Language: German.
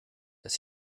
das